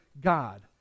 god